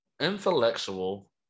intellectual